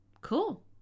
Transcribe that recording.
cool